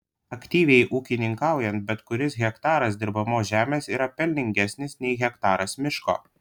aktyviai ūkininkaujant bet kuris hektaras dirbamos žemės yra pelningesnis nei hektaras miško